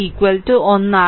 5 v2 1